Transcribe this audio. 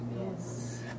Yes